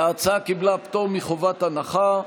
ההצעה קיבלה פטור מחובת הנחה.